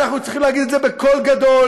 אנחנו צריכים להגיד את זה בקול גדול.